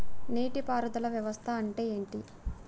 నీటి పారుదల వ్యవస్థ అంటే ఏంటి?